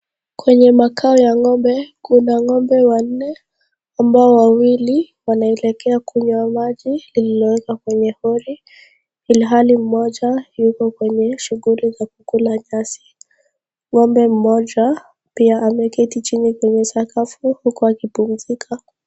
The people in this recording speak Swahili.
Kwenye makao ya ng'ombe, kuna ng'ombe wanne ambao wawili wanaelekea kunywa maji iliyoweka kwenye hori ilhali mmoja yuko kwenye shughuli za kula nyasi. Ng'ombe mmoja pia ameketi chini kwenye sakafu huku akipumzika.